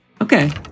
Okay